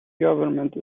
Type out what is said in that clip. government